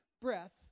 breath